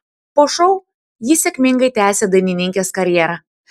po šou ji sėkmingai tęsė dainininkės karjerą